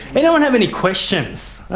and anyone have any questions?